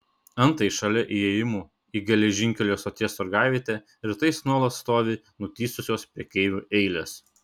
antai šalia įėjimų į geležinkelio stoties turgavietę rytais nuolat stovi nutįsusios prekeivių eilės